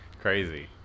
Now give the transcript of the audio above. Crazy